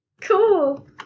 Cool